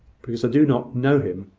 because i do not know him.